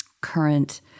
current